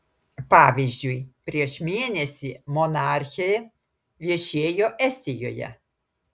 pavyzdžiui prieš mėnesį monarchė viešėjo estijoje